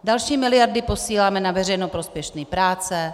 Další miliardy posíláme na veřejně prospěšné práce.